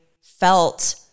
felt